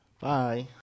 Bye